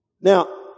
Now